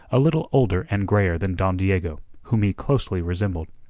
a little older and greyer than don diego, whom he closely resembled.